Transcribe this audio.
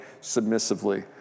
submissively